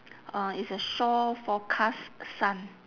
uh it's a shore forecast sun